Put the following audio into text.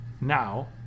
now